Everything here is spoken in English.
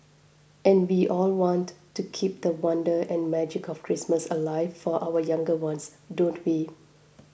and we all want to keep the wonder and magic of Christmas alive for our younger ones don't we